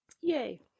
Yay